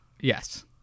Yes